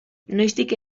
noiztik